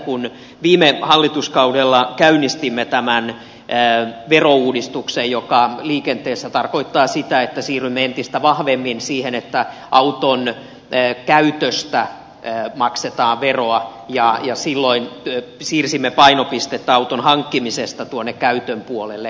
kun viime hallituskaudella käynnistimme tämän verouudistuksen joka liikenteessä tarkoittaa sitä että siirrymme entistä vahvemmin siihen että auton käytöstä maksetaan veroa niin silloin siirsimme painopistettä auton hankkimisesta tuonne käytön puolelle